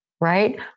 right